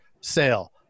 sale